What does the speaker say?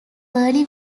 early